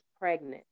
pregnant